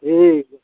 हे